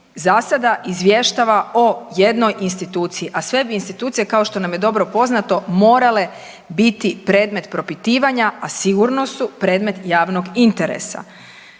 za sada izvještava o jednoj instituciji, a sve bi institucije kao što nam je dobro poznato morale biti predmet propitivanja, a sigurno su predmet javnog interesa.